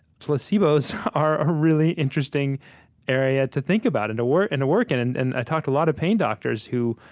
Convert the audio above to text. placebos are a really interesting area to think about and to work in, and and and i talk to a lot of pain doctors who,